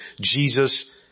Jesus